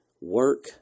work